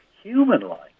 human-like